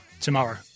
tomorrow